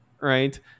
Right